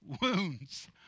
wounds